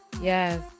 Yes